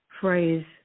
phrase